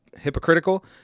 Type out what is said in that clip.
hypocritical